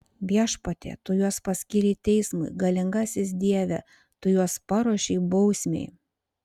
viešpatie tu juos paskyrei teismui galingasis dieve tu juos paruošei bausmei